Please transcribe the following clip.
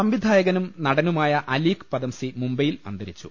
സംവിധായകനും നടനുമായ അലീഖ് പദംസി മുംബൈയിൽ അന്ത രിച്ചു